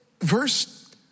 verse